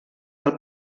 del